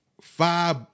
five